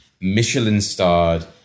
Michelin-starred